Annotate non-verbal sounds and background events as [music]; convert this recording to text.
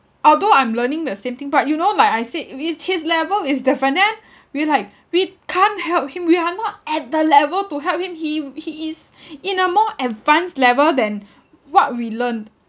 although I'm learning the same thing but you know like I said we his level is different then we like we can't help him we are not at the level to help him he he is [breath] in a more advanced level than what we learned